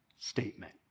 statement